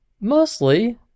mostly